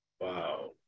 Wow